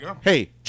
Hey